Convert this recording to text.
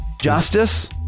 justice